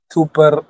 Super